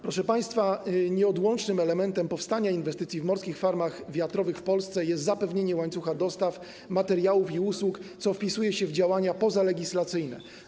Proszę państwa, nieodłącznym elementem powstania inwestycji w morskich farmach wiatrowych w Polsce jest zapewnienie łańcucha dostaw materiałów i usług, co wpisuje się w działania pozalegislacyjne.